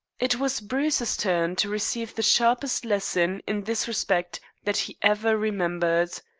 it was bruce's turn to receive the sharpest lesson in this respect that he ever remembered.